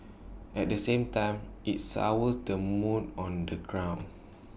at the same time IT sours the mood on the ground